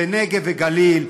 זה הנגב והגליל,